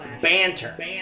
banter